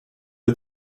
lit